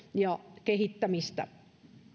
ja kehittämistä